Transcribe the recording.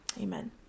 amen